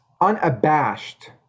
unabashed